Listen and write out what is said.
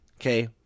okay